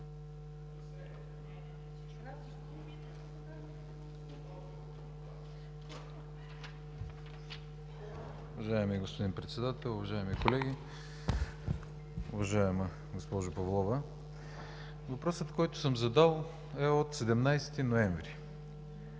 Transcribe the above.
Въпросът, който съм задал е от 17 ноември,